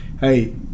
hey